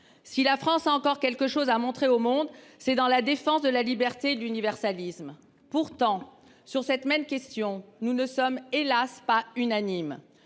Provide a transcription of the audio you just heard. Si la France a encore quelque chose à montrer au monde, c’est dans la défense de la liberté et de l’universalisme. Pourtant, sur cette question, nous ne sommes, hélas ! pas unanimes.